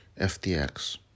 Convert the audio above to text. FTX